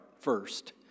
first